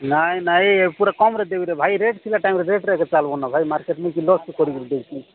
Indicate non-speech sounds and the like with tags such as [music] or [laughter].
ନାଇ ନାଇ ଏ ପୁରା କମ୍ ରେଟ୍ରେ ଦେବିରେ ଭାଇ ରେଟ୍ ଥିଲା ଟାଇମ୍ରେ ରେଟ୍ରେ ଚାଲିବ ନା ଭାଇ ମାର୍କେଟ୍ରେ ଲସ୍ରେ ପଡ଼ିବୁ [unintelligible] ଦେଇଛି